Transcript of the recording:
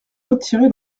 retiré